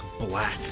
black